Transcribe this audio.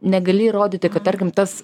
negali įrodyti kad tarkim tas